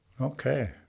Okay